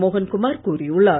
மோகன்குமார் கூறியுள்ளார்